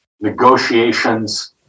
negotiations